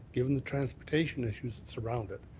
given the transportation issues that surround it,